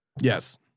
Yes